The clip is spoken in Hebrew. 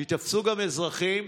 ויתפסו גם אזרחים,